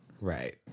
Right